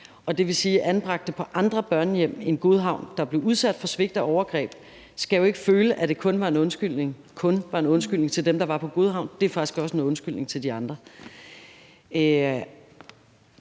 Det vil sige, at anbragte på andre børnehjem end Godhavn, der blev udsat for svigt og overgreb, jo ikke skal føle, at det kun var en undskyldning – »kun« var en undskyldning – til dem, der var på Godhavn; det er faktisk også en undskyldning til de andre.